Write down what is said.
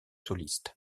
soliste